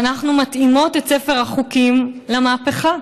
ואנחנו מתאימות את ספר החוקים למהפכה,